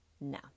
No